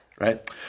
Right